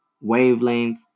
wavelength